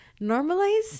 normalize